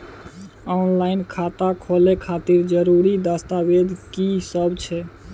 Online खाता खोले खातिर जरुरी दस्तावेज की सब छै?